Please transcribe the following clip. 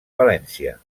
valència